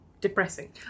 depressing